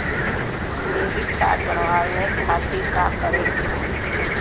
Credit card बनवावे खातिर का करे के होई?